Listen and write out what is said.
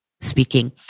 speaking